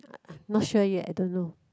I not sure yet I don't know